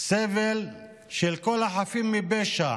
סבל של כל החפים מפשע